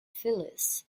phyllis